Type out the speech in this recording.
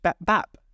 Bap